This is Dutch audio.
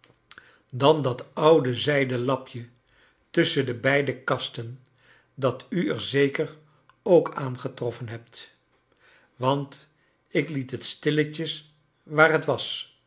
dan charles dickens dat oude zij den lapje tusschen de beide kasten dat u er zeker ook aangetroffen hebt want ik liet het stilletjes waar het was